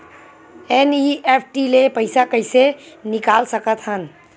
NEFT ले पईसा कइसे निकाल सकत हन?